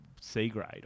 C-grade